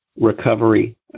recovery